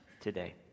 today